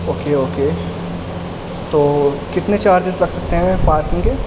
okay okay تو کتنے charges لگ سکتے ہیں پارکنگ کے